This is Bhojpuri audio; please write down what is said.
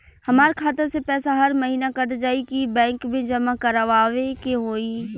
हमार खाता से पैसा हर महीना कट जायी की बैंक मे जमा करवाए के होई?